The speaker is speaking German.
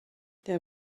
der